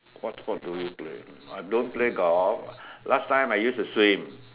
what sport do you play I don't play golf last time I used to swim